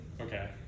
okay